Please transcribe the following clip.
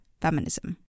feminism